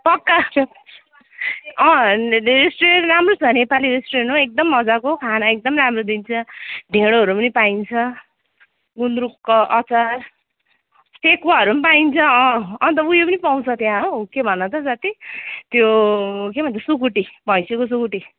पक्का रेस्टुरेन्ट राम्रो छ नेपाली रेस्टुरेन्ट हो एकदम मजाको खाना एकदम राम्रो दिन्छ ढिँडोहरू पनि पाइन्छ गुन्द्रुकको अचार सेकुवाहरू पाइन्छ अन्त उयो पनि पाउँछ त्यहाँ हो के भन त साथी त्यो के भन्छ सुकुटी भैँसीको सुकुटी